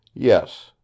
Yes